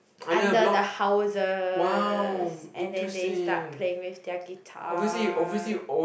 under the houses and then they start playing with their guitar